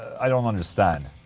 i don't understand.